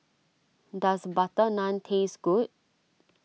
does Butter Naan taste good